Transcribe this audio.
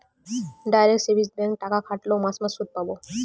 direct savings ব্যাঙ্কে টাকা খাটোল মাস মাস সুদ পাবো